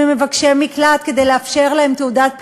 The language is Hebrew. אם הם מבקשי מקלט כדי לאפשר להם תעודת פליטות,